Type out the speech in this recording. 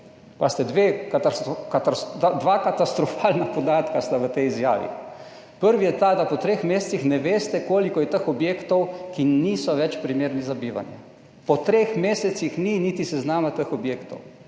Pa sta dva katastrofalna podatka sta v tej izjavi. Prvi je ta, da po treh mesecih ne veste koliko je teh objektov, ki niso več primerni za bivanje. Po treh mesecih ni niti seznama teh objektov.